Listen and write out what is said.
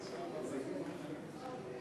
סעיף 1 נתקבל.